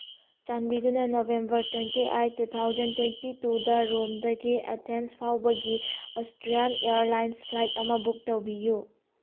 ꯆꯥꯟꯕꯤꯗꯨꯅ November twenty eight two thousand twenty ꯇꯨꯗ ꯔꯣꯝꯗꯒꯤ ꯑꯦꯊꯦꯟꯁ ꯐꯥꯎꯕꯒꯤ ꯑꯁꯇ꯭ꯔꯤꯌꯥꯟ ꯏꯌꯔꯂꯥꯏꯟꯁ ꯐ꯭ꯂꯥꯏꯠ ꯑꯃ ꯕꯨꯛ ꯇꯧꯕꯤꯌꯨ